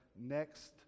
next